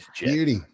beauty